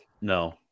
No